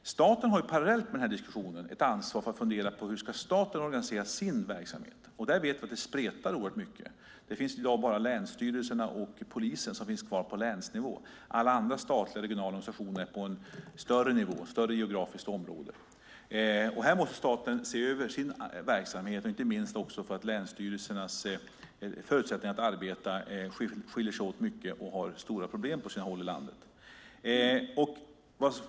Staten har parallellt med diskussionen ett ansvar för att fundera över hur staten ska organisera sin verksamhet. Vi vet att det spretar oerhört mycket. I dag finns bara länsstyrelserna och polisen på länsnivå. Alla andra statliga och regionala organisationer finns över ett större geografiskt område. Här måste staten se över sin verksamhet, inte minst för att länsstyrelsernas förutsättningar att arbeta skiljer sig åt mycket och har stora problem på sina håll i landet.